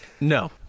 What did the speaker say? No